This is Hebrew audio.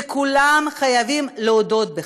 וכולם חייבים להודות בכך.